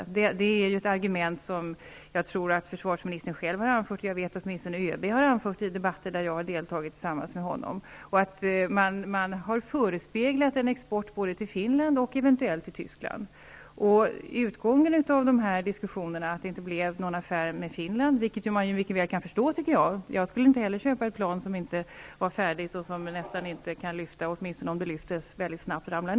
Det är ett argument som försvarsministern själv har anfört. Jag vet att ÖB har anfört det argumentet i debatter där jag har deltagit tillsammans med honom. Det har förespeglats en export både till Finland och eventuellt till Tyskland. Utgången av dessa diskussioner var ju att det inte blev någon affär med Finland, vilket jag tycker är förståeligt. Jag skulle inte heller köpa ett plan som inte är färdigt, som nästan inte kan lyfta och som om det lyfter ramlar snabbt ner.